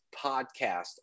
podcast